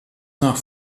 nach